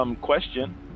question